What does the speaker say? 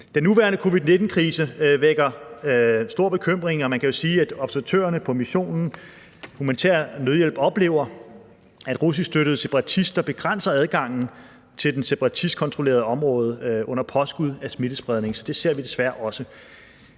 Den nuværende covid-19-krise vækker stor bekymring. Og man kan jo sige, at observatørerne på missionen for humanitær nødhjælp oplever, at russisk støttede separatister begrænser adgangen til det separatistkontrollerede område under påskud af smittespredning – det ser vi desværre også.